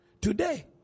today